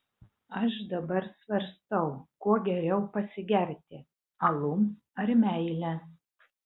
aš dabar svarstau kuo geriau pasigerti alum ar meile